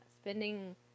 spending